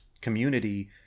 community